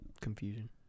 confusion